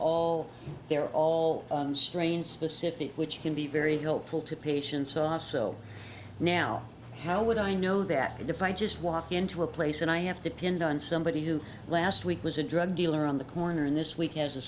all they're all strains specific which can be very helpful to patients are so now how would i know that if i just walk into a place and i have to pin down somebody who last week was a drug dealer on the corner and this week has a